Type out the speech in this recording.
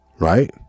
right